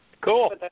cool